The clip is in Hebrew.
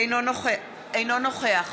אינו נוכח